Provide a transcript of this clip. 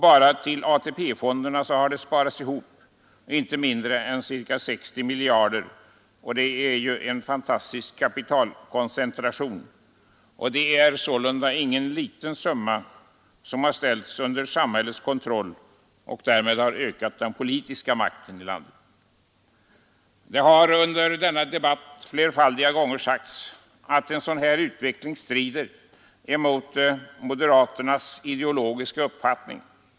Bara till ATP-fonderna har det sparats ihop inte mindre än ca 60 miljarder kronor, en helt fantastisk kapitalkoncentration. Det är ingen liten summa som ställts under samhällets kontroll och därmed ökat den politiska makten i landet. Det har under denna debatt flerfaldiga gånger sagts att en sådan utveckling strider mot moderaternas ideologiska uppfattning.